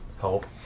help